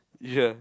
you sure